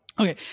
Okay